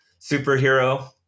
superhero